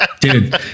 dude